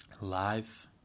life